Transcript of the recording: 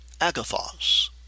agathos